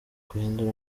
guhindura